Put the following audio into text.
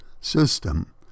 system